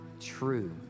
true